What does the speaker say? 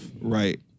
Right